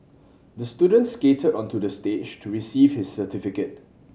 the student skated onto the stage to receive his certificate